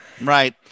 right